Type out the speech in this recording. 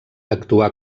actuà